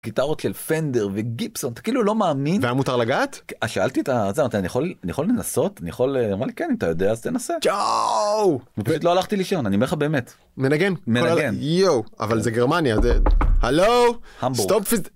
גיטרות של פנדר וגיבסון, אתה כאילו לא מאמין. -והיה מותר לגעת? כן, שאלתי את ה... זה, אני יכול? אני יכול לנסות? אני יכול ל...? הוא אמר לי, כן, אם אתה יודע אז תנסה. -צ'אווו! -פשוט לא הלכתי לישון, אני אומר לך באמת. -מנגן! מנגן! יואו, אבל זה גרמניה זה... הלו? -המבורג.